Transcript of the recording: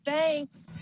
Thanks